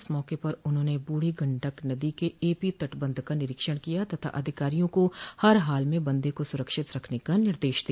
इस मौके पर उन्होंने ब्रूढ़ी गण्डक नदी के एपी तटबन्ध का निरीक्षण किया तथा अधिकारियों को हर हाल में बन्धे को सुरक्षित रखने का निर्देश दिया